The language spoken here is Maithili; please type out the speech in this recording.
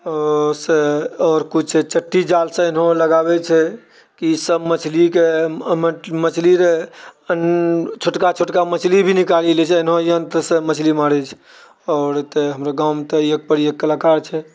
सँ आओर किछु चट्टी जालसँ अहिनो लगाबै छै कि सभ मछलीके मछलीरे छोटका छोटका मछली भी निकालि लए छै एहन यन्त्रसँ मछली मारै छै आओर तऽ हमर गाँवमे तऽ एक पर एक कलाकार छै